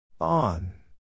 On